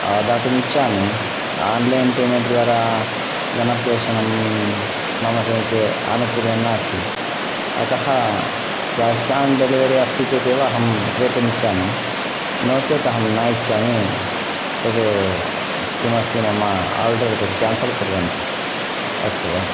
दातुमिच्छामि online payment द्वारा धनप्रेषणं मम समीपे आनुकूल्यं नास्ति अतः केश् ओन् डेलिवरी अस्ति चेदेव अहं क्रेतुमिच्छामि नोचेत् अहं न इच्छामि तद् किमस्ति मम ओर्डर् तद् केन्सल् कुर्वन्तु अस्तु वा